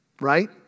right